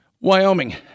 Wyoming